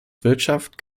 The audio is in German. wirtschaft